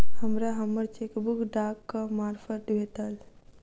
हमरा हम्मर चेकबुक डाकक मार्फत भेटल